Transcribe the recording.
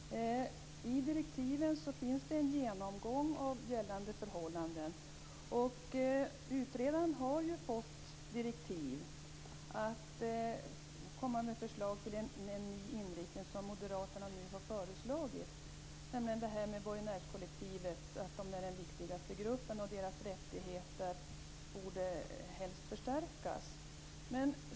Herr talman! I direktiven finns en genomgång av gällande förhållanden. Utredaren har fått direktiv att komma med förslag till en ny inriktning, som moderaterna har föreslagit, nämligen att borgenärskollektivet är den viktigaste gruppen vars rättigheter helst borde förstärkas.